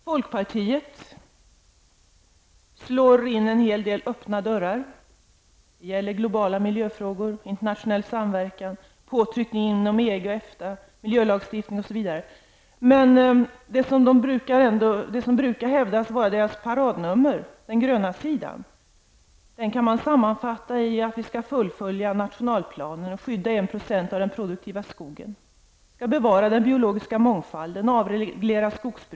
Folkpartiets slår in en hel del öppna dörrar. Det gäller då globala miljöfrågor, internationell samverkan, påtryckningar inom EG och EFTA, miljölagstiftning osv. Men när det gäller det som brukar vara folkpartiets paradnummer, nämligen den gröna sidan, kan man göra en sammanfattning innebärande att vi skall fullfölja nationalplanen och att 1 % av den produktiva skogen skall skyddas. Den biologiska mångfalden skall bevaras. Skogsbruket skall avregleras.